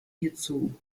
hierzu